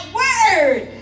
word